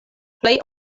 plej